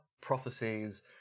prophecies